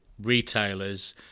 retailers